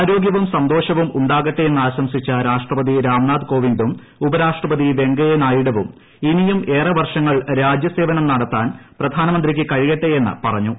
ആരോഗ്യവും സന്തോഷവും ഉണ്ടാകട്ടെ എന്നാശംസിച്ച രാഷ്ട്രപതി രാംനാഥ് കോവിന്ദും ഉപരാഷ്ട്രപതി വെങ്കയ്യ നായിഡുവും ഇനിയും ഏറെ വർഷങ്ങൾ രാജ്യസേവനം നടത്താൻ പ്രധാനമന്ത്രിയ്ക്ക് കഴിയട്ടെയെന്ന് പറഞ്ഞു